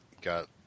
got